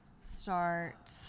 start